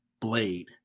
Blade